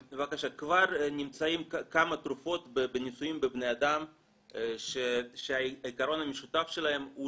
כבר נמצאות כמה תרופות בניסויים בבני אדם שהעיקרון המשותף שלהם הוא